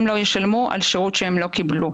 חלקו על מה שעשינו,